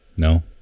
No